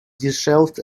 dishevelled